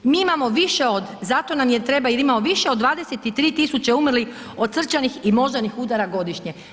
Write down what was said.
Mi imamo više od, zato nam i treba jer imamo više od 23 tisuće umrlih od srčanih i moždanih udara godišnje.